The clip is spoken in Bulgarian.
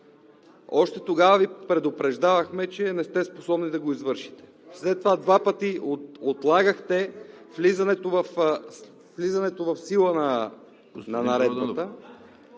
още тогава Ви предупреждавахме, че не сте способни да го извършите. Два пъти след това отлагахте влизането в сила на наредбата.